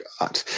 God